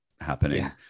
happening